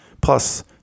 Plus